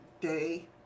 day